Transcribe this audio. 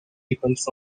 depends